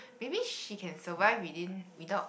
maybe she can survive within without